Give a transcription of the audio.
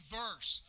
verse